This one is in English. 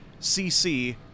CC